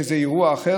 שזה אירוע אחר,